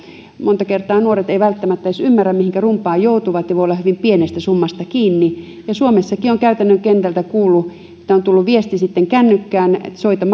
monta kertaa nuoret eivät välttämättä edes ymmärrä mihinkä rumbaan joutuvat ja se voi olla hyvin pienestä summasta kiinni suomessakin olen käytännön kentältä kuullut että on tullut viesti kännykkään että soita